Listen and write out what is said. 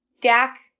Dak